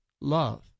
love